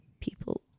people